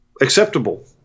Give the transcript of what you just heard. acceptable